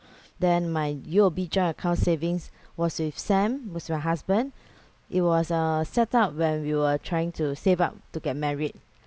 then my U_O_B joint account savings was with sam who's my husband it was uh set up when we were trying to save up to get married